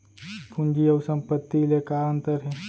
पूंजी अऊ संपत्ति ले का अंतर हे?